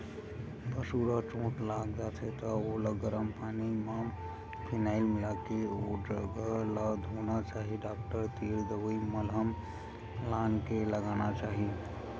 पसु ल चोट लाग जाथे त ओला गरम पानी म फिनाईल मिलाके ओ जघा ल धोना चाही डॉक्टर तीर दवई मलहम लानके लगाना चाही